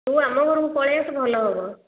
ତୁ ଆମ ଘରକୁ ପଳେଇ ଆସେ ଭଲ ହେବ